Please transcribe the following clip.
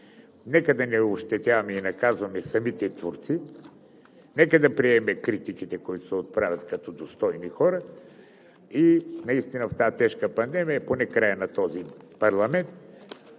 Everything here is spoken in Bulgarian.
нека да не ощетяваме и наказваме самите творци, нека да приемем критиките, които се отправят, като достойни хора и наистина в тази тежка пандемия, поне в края на този парламент